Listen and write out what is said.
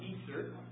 Easter